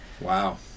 Wow